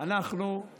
מה זאת ההפקרות הזאת?